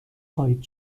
خواهید